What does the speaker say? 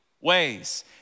ways